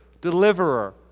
Deliverer